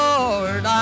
Lord